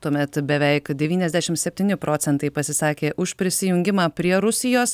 tuomet beveik devyniasdešim septyni procentai pasisakė už prisijungimą prie rusijos